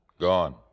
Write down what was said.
Gone